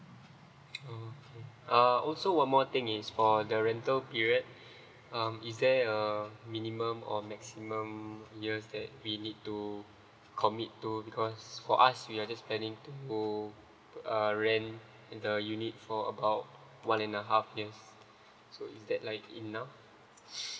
oh okay uh also one more thing is for the rental period um is there uh minimum or maximum years that we need to commit to because for us we are just planning to uh rent the unit for about one and a half years so is that like enough